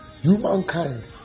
Humankind